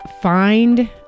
find